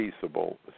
peaceable